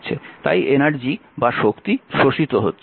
তাই শক্তি শোষিত হচ্ছে